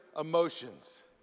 emotions